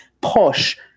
posh